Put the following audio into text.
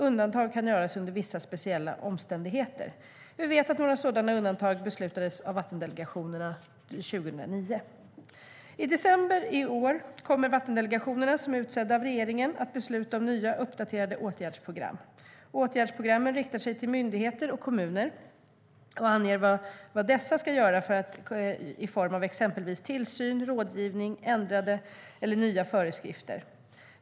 Undantag kan göras under vissa speciella omständigheter. Vi vet att några sådana undantag beslutades av vattendelegationerna 2009.I december i år kommer vattendelegationerna, som är utsedda av regeringen, att besluta om nya uppdaterade åtgärdsprogram. Åtgärdsprogrammen riktar sig till myndigheter och kommuner och anger vad dessa ska göra i form av exempelvis tillsyn, rådgivning och ändrade eller nya föreskrifter.